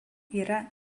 yra